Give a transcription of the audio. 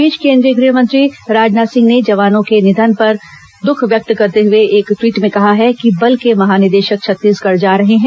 इस बीच केंद्रीय गृहमंत्री राजनाथ सिंह ने जवानों के निधन पर दुख व्यक्त करते हुए एक ट्वीट में कहा है कि बल के महानिदेशक छत्तीसगढ़ जा रहे हैं